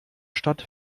stadt